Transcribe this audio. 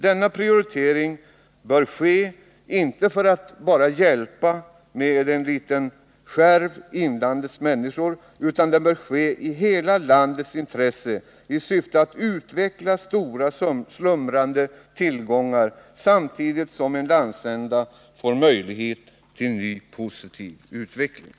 Denna prioritering bör ske, inte för att med en liten skärv hjälpa inlandets människor, utan den bör ske i hela landets intresse, i syfte att utveckla stora slumrande tillgångarna, samtidigt som en hel landsända får nya möjligheter till en positiv utveckling.